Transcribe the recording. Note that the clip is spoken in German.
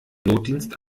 notdienst